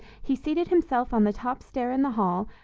he seated himself on the top stair in the hall,